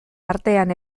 artean